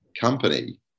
company